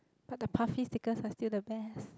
but the puffy stickers are still the best